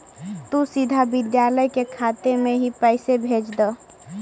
तु सीधा विद्यालय के खाते में ही पैसे भेज द